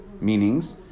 meanings